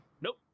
Nope